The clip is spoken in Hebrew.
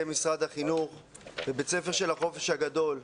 משרד החינוך בבית ספר של החופש הגדול,